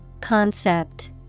Concept